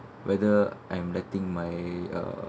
whether I'm letting my uh